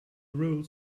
rules